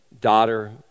daughter